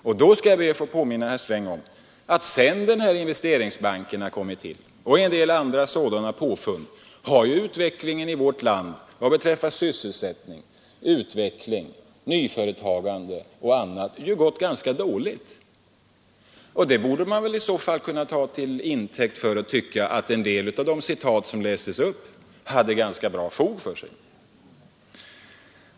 Jag skall be att få påminna herr Sträng om att sedan Investeringsbanken och en del andra sådana konstruktioner har tillkommit har utvecklingen i vårt land vad beträffar sysselsättning, utveckling, nyföretagande och annat gått ganska dåligt. Det borde man väl i så fall kunna ta till intäkt för att tycka att en del av de citat som lästs upp hade ganska bra fog för sig!